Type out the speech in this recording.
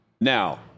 Now